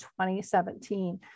2017